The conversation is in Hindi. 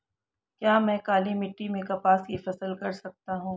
क्या मैं काली मिट्टी में कपास की फसल कर सकता हूँ?